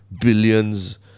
billions